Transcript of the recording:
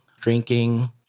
drinking